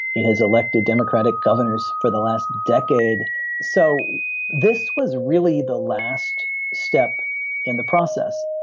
it has elected democratic governors for the last decade so this was really the last step in the process